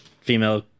female